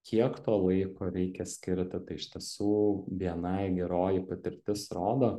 kiek to laiko reikia skirti tai iš tiesų bni geroji patirtis rodo